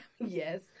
Yes